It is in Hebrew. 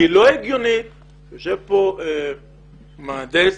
יושב כאן מהנדס